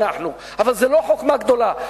אבל זה לא חוכמה גדולה.